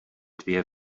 dvě